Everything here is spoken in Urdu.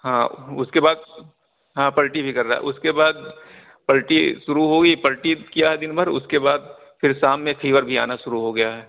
ہاں اس کے بعد ہاں پلٹی بھی کر رہا ہے اس کے بعد پلٹی شروع ہو گئی پلٹی کیا ہے دن بھر اس کے بعد پھر شام میں فیور بھی آنا شروع ہو گیا ہے